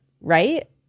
right